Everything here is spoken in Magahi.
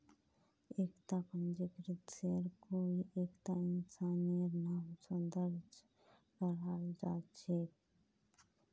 एकता पंजीकृत शेयर कोई एकता इंसानेर नाम स दर्ज कराल जा छेक